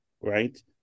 right